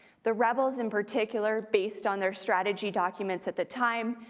the rebels in particular, based on their strategy documents at the time,